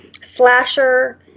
slasher